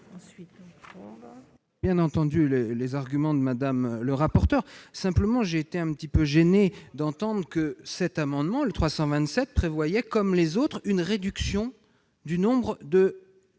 Bien entendu les arguments de Madame le rapporteur, simplement, j'étais un petit peu gêné d'entente que cet amendement le 327 prévoyait, comme les autres, une réduction du nombre de